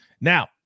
Now